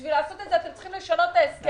כדי לעשות את זה, אתם צריכים לשנות את ההסכם.